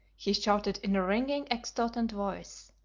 he shouted in a ringing, exultant voice.